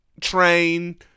train